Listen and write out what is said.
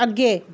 अग्गें